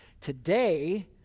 Today